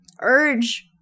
urge